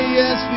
yes